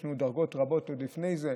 ויש לנו דרגות רבות עוד לפני זה.